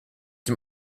dem